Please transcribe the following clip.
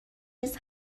نیز